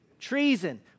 Treason